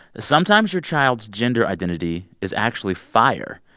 sometimes your child's gender identity is actually fire.